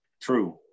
True